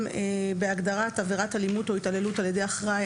בהגדרת אלימות או התעללות על ידי אחראי,